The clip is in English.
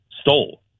stole